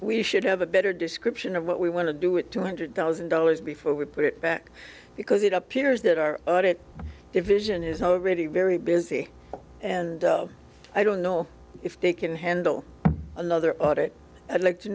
we should have a better description of what we want to do with two hundred thousand dollars before we put it back because it appears that our audit if vision is already very busy and i don't know if they can handle another audit i'd like to